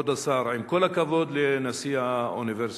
כבוד השר, עם כל הכבוד לנשיא האוניברסיטה,